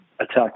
attack